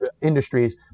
industries